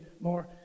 more